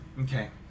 Okay